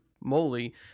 moly